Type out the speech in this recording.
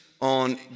on